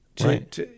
Right